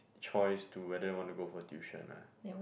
choice to whether want to go for tuition lah